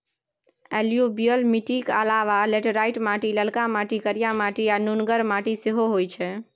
एलुयुबियल मीटिक अलाबा लेटेराइट माटि, ललका माटि, करिया माटि आ नुनगर माटि सेहो होइ छै